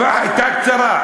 היא הייתה קצרה.